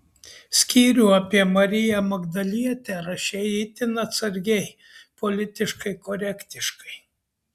skyrių apie mariją magdalietę rašei itin atsargiai politiškai korektiškai